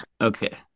Okay